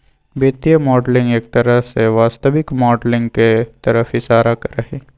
वित्तीय मॉडलिंग एक तरह से वास्तविक माडलिंग के तरफ इशारा करा हई